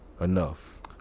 enough